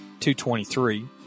.223